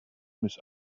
miss